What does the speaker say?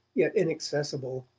yet inaccessible,